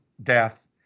death